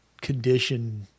condition